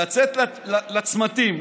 לצאת לצמתים,